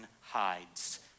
hides